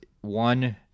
one